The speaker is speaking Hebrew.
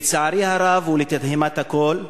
לצערי הרב ולתדהמת הכול,